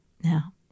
Now